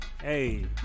Hey